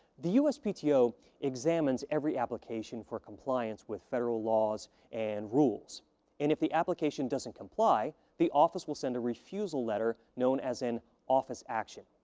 the uspto examines every application for compliance with federal laws and rules and if the application doesn't comply, the office will send a refusal letter known as an office action.